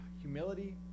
humility